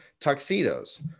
tuxedos